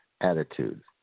attitude